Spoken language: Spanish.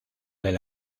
del